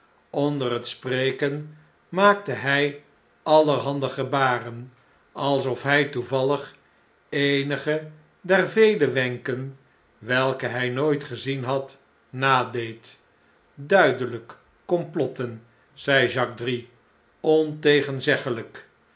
onder het spreken maakte hh allerhande gebaren alsof hjj toevallig eenige der vele wenken welke hij nooit gezien had nadeed duideln'k komplotten i zei